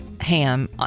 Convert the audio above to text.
ham